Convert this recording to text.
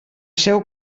seu